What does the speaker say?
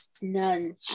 none